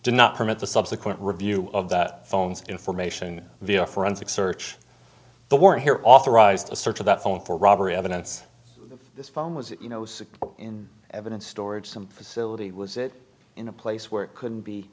did not permit the subsequent review of that phones information via forensic search the word here authorized a search of that phone for robbery evidence this phone was you know in evidence storage some facility was it in a place where it couldn't be